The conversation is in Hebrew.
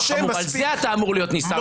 על זה אתה אמור להיות נסער,